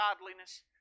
godliness